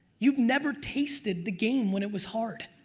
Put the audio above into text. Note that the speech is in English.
you've never tasted the game when it was hard.